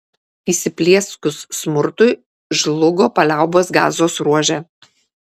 įsiplieskus smurtui žlugo paliaubos gazos ruože